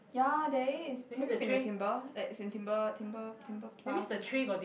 ya there is have you been to Timbre as in Timbre Timbre Timbre plus